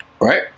right